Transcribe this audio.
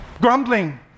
Grumbling